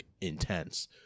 intense